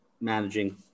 managing